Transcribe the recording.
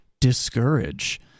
discourage